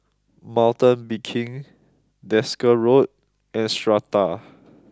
mountain Biking Desker Road and Strata